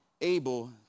able